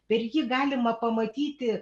per jį galima pamatyti